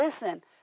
listen